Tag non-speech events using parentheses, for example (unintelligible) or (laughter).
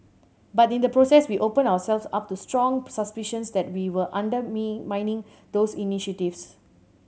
but in the process we opened ourselves up to strong suspicions that we were (unintelligible) those initiatives